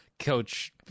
coach